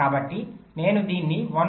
కాబట్టి నేను దీన్ని 1